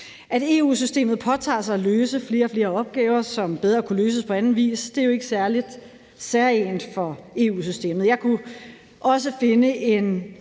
At EU-systemet påtager sig at løse flere og flere opgaver, som bedre kunne løses på anden vis, er jo ikke særegent for EU-systemet. Jeg kunne også finde